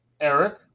Eric